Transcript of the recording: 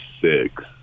six